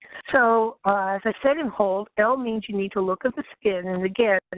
so, as i said in hault, l means you need to look at the skin. and, again, and